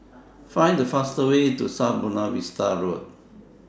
Find The fastest Way to South Buona Vista Road